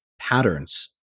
patterns